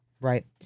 right